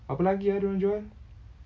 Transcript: apa lagi ah dia orang jual